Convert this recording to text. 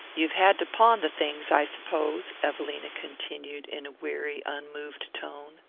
you've had to pawn the things, i suppose, evelina continued in a weary unmoved tone.